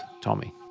Tommy